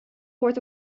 wordt